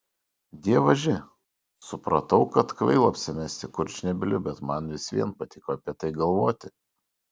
dievaži supratau kad kvaila apsimesti kurčnebyliu bet man vis vien patiko apie tai galvoti